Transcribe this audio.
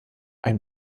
ein